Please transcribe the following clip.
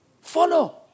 Follow